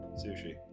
Sushi